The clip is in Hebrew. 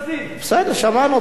בסדר, שמענו אותך.